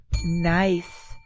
Nice